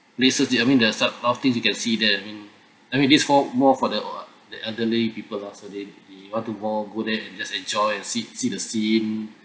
places that I mean there's sort of things you can see there hmm I mean this is for more for the err the elderly people lah so they they want to walk go there and just enjoy and sit and see the scene